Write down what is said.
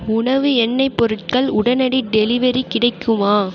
உணவு எண்ணெய் பொருட்கள் உடனடி டெலிவரி கிடைக்குமா